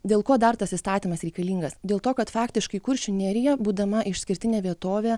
dėl ko dar tas įstatymas reikalingas dėl to kad faktiškai kuršių nerija būdama išskirtinė vietovė